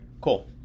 Cool